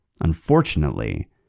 Unfortunately